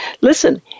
Listen